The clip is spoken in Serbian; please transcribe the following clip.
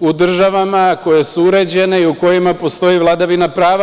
u državama koje su uređene i u kojima postoji vladavina prava.